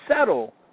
settle